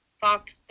Fox